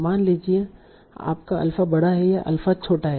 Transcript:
मान लीजिए आपका अल्फा बड़ा है या अल्फा छोटा है